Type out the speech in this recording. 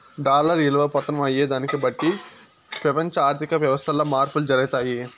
dollar ఇలువ పతనం అయ్యేదాన్ని బట్టి పెపంచ ఆర్థిక వ్యవస్థల్ల మార్పులు జరగతాయి